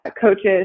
coaches